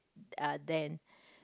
uh then